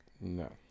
no